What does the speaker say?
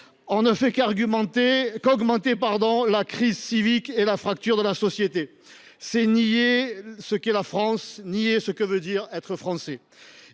là ne ferait qu’aggraver la crise civique et les fractures de la société. Ce serait nier ce qu’est la France, nier ce que veut dire être Français.